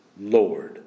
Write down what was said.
Lord